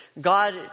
God